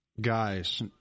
guys